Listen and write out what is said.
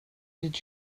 did